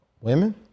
Women